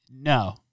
No